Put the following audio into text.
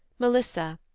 melissa,